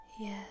Yes